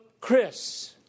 chris